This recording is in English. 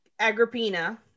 Agrippina